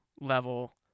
level